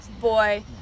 boy